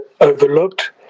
overlooked